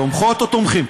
תומכות או תומכים?